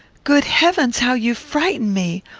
good heavens! how you frighten me!